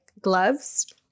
gloves